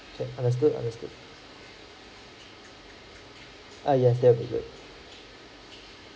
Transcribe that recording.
okay understood understood ah yes that will be good